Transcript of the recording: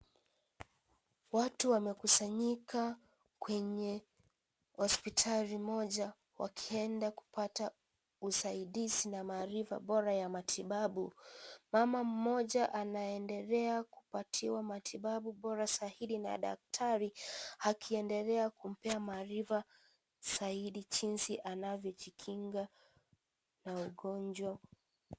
Watu wamekusanyika kwenye hospitali moja wakienda kupata usaidizi na maarifa bora ya matibabu. Mama mmoja anaendelea kupatiwa matibabu bora na daktari akiendelea kumpa maarifa zaidi ya jinsi anavyojikinga na ugonjwa .